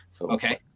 Okay